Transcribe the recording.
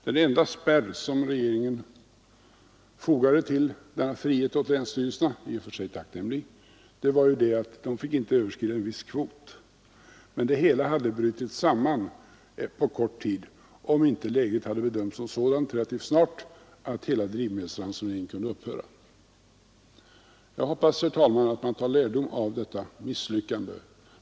Den enda spärr som regeringen fogade till denna frihet åt länsstyrelserna — i och för sig tacknämlig — var att de inte fick överskrida en viss kvot. Men det hela hade brutit samman på kort tid om inte läget relativt snart hade bedömts som sådant att drivmedelsransoneringen kunde upphöra. Jag hoppas, herr talman, att man tar lärdom av detta misslyckande.